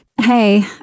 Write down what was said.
Hey